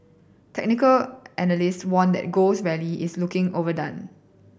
technical analyst warned that gold's rally is looking overdone